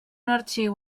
arxiu